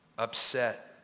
upset